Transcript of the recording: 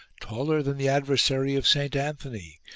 taller than the adversary of saint anthony,